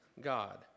God